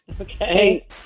Okay